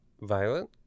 Violet